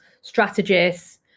strategists